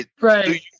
Right